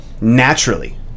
Naturally